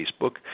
Facebook